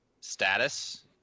status